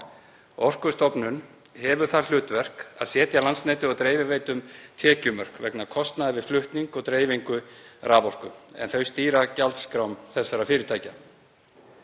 Orkustofnun hefur það hlutverk að setja Landsneti og dreifiveitum tekjumörk vegna kostnaðar við flutning og dreifingu raforku en þau stýra gjaldskrám þessara fyrirtækja.